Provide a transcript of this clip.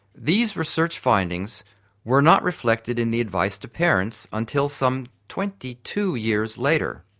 these research findings were not reflected in the advice to parents until some twenty two years later.